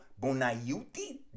Bonaiuti